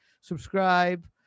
subscribe